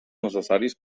necessaris